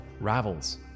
Ravels